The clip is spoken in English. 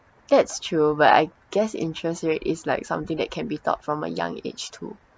that's true but I guess interest rate is like something that can be taught from a young age too